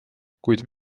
kuid